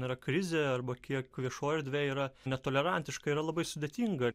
yra krizė arba kiek viešoji erdvė yra netolerantiška yra labai sudėtinga